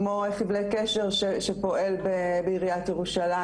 כמו חבלי קשר שפועל בעיריית ירושלים,